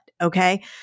Okay